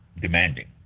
demanding